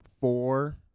four